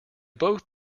both